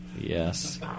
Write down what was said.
yes